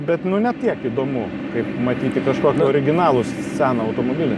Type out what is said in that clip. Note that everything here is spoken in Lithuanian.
bet nu ne tiek įdomu kaip matyti kažkokio originalūs seną automobilį